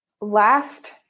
last